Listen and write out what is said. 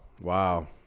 wow